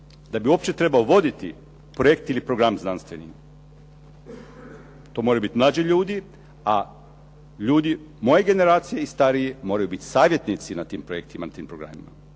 da bi uopće trebao voditi projekt ili program znanstveni to moraju biti mlađi ljudi a ljudi moje generacije i stariji moraju biti savjetnici na tim projektima i na tim programima,